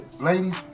ladies